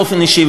באופן אישי,